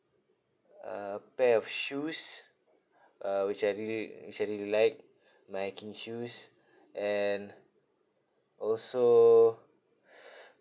a pair of shoes uh which I really which I really like my hiking shoes and also